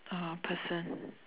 uh person